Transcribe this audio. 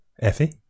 Effie